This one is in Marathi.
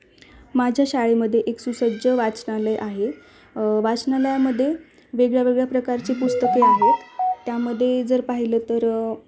माझ्या शाळेमध्ये एक सुसज्ज वाचनालय आहे वाचनालयामध्ये वेगळ्या वेगळ्या प्रकारची पुस्तके आहेत त्यामध्ये जर पाहिलं तर